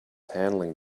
handling